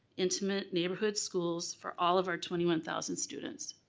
intimate, neighborhood schools for all of our twenty one thousand students.